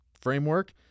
framework